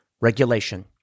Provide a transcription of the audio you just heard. regulation